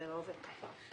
זה לא עובד ככה.